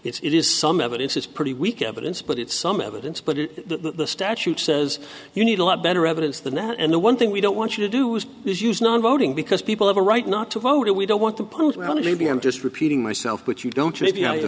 it is some evidence is pretty weak evidence but it's some evidence but the statute says you need a lot better evidence than that and the one thing we don't want you to do is is use non voting because people have a right not to vote or we don't want to pose well maybe i'm just repeating myself but you don't rea